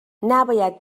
نباید